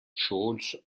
scholz